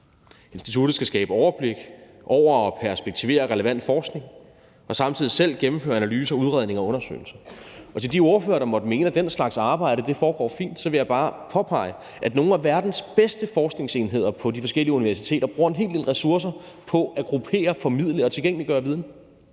Instituttet skal skabe overblik over og perspektivere relevant forskning og samtidig selv gennemføre analyser, udredninger og undersøgelser. Til de ordførere, der måtte mene, at den slags arbejde foregår fint, vil jeg bare påpege, at nogle af verdens bedste forskningsenheder på de forskellige universiteter bruger en hel del ressourcer på at gruppere, formidle og tilgængeliggøre viden.